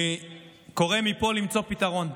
אני קורא מפה למצוא פתרון.